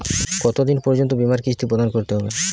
কতো দিন পর্যন্ত বিমার কিস্তি প্রদান করতে হবে?